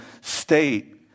state